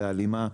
בהלימה,